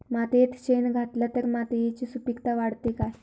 मातयेत शेण घातला तर मातयेची सुपीकता वाढते काय?